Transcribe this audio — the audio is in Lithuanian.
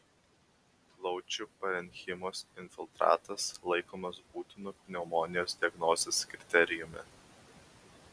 plaučių parenchimos infiltratas laikomas būtinu pneumonijos diagnozės kriterijumi